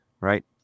right